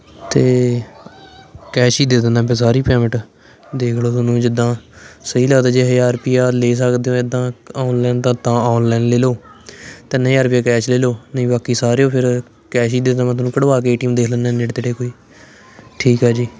ਅਤੇ ਕੈਸ਼ ਹੀ ਦੇ ਦਿੰਦਾ ਫੇਰ ਸਾਰੀ ਪੇਮੈਂਟ ਦੇਖ ਲਓ ਤੁਹਾਨੂੰ ਜਿੱਦਾਂ ਸਹੀ ਲੱਗਦਾ ਜੇ ਹਜ਼ਾਰ ਰੁਪਈਆ ਲੈ ਸਕਦੇ ਹੋ ਇੱਦਾਂ ਔਨਲਾਈਨ ਤਾਂ ਤਾਂ ਔਨਲਾਈਨ ਲੈ ਲਓ ਤਿੰਨ ਹਜ਼ਾਰ ਰੁਪਈਆ ਕੈਸ਼ ਲੈ ਲਓ ਨਹੀਂ ਬਾਕੀ ਸਾਰੇ ਫਿਰ ਕੈਸ਼ ਹੀ ਦੇ ਦੇਵਾਂ ਤੁਹਾਨੂੰ ਕੱਢਵਾ ਕੇ ਏ ਟੀ ਐਮ ਦੇਖ ਲੈਂਦੇ ਨੇੜੇ ਤੇੜੇ ਕੋਈ ਠੀਕ ਹੈ ਜੀ